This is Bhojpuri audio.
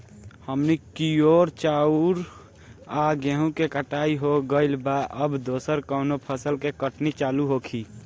हमनी कियोर चाउर आ गेहूँ के कटाई हो गइल बा अब दोसर कउनो फसल के कटनी चालू होखि